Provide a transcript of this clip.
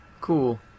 Cool